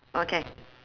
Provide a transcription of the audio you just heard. okay